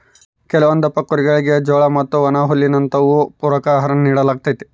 ಕೆಲವೊಂದಪ್ಪ ಕುರಿಗುಳಿಗೆ ಜೋಳ ಮತ್ತೆ ಒಣಹುಲ್ಲಿನಂತವು ಪೂರಕ ಆಹಾರಾನ ನೀಡಲಾಗ್ತತೆ